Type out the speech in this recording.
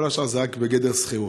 כל השאר זה רק בגדר שכירות.